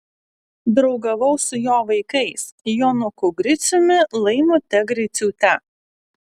draugavau su jo vaikais jonuku griciumi laimute griciūte